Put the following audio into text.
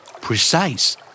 Precise